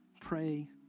Pray